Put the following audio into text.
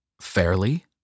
fairly